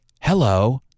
Hello